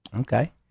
okay